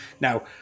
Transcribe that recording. Now